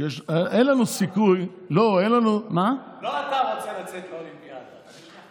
אין לנו סיכוי, לא, אתה רוצה לצאת לאולימפיאדה.